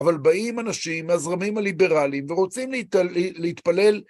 אבל באים אנשים מהזרמים הליברליים ורוצים להתפלל.